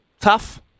tough